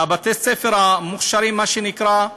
בתי-הספר המוכש"רים, מה שנקרא,